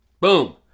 Boom